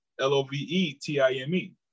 L-O-V-E-T-I-M-E